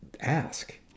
Ask